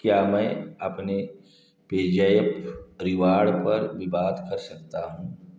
क्या मैं अपने पेजैप रिवार्ड पर विवाद कर सकता हूँ